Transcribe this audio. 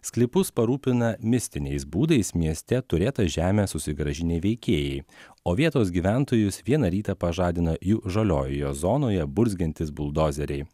sklypus parūpina mistiniais būdais mieste turėtą žemę susigrąžinę veikėjai o vietos gyventojus vieną rytą pažadina jų žaliojoje zonoje burzgiantys buldozeriai